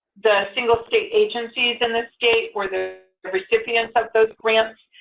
the single state agencies in this state were the the recipients of those grants.